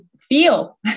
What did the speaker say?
feel